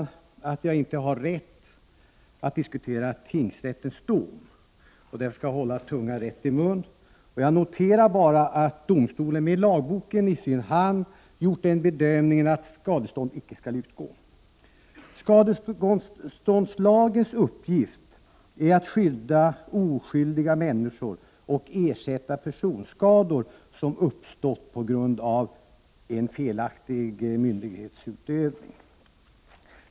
Jag vet att jag inte har rätt att diskutera tingsrättens dom och skall därför försöka hålla tungan rätt i munnen. Jag noterar bara att domstolen med lagboken i hand gjort den bedömningen att skadestånd icke skall utgå. Skadeståndslagens uppgift är att skydda oskyldiga människor och ersätta personskador som uppstått på grund av felaktig myndighetsutövning.